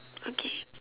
okay